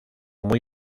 muy